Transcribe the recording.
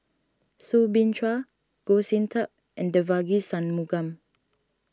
Soo Bin Chua Goh Sin Tub and Devagi Sanmugam